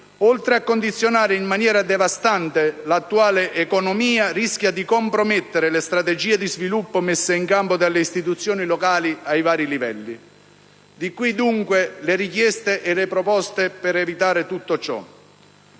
oltre a condizionare in maniera devastante l'attuale economia, rischia di compromettere le strategie di sviluppo messe in campo dalle istituzioni locali ai vari livelli. Di qui, dunque, le richieste e le proposte per evitare tutto ciò.